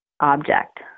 object